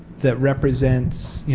that represents,